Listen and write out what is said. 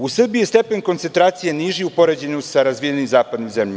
U Srbiji je stepen koncentracije niži, u poređenju sa razvijenim zapadnim zemljama.